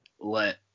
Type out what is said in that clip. let